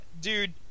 Dude